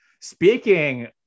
speaking